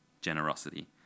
generosity